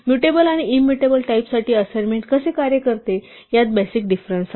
mutable आणि immutable टाईपसाठी assignment कसे कार्य करते यात बेसिक डिफरंन्स आहे